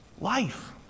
life